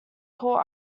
court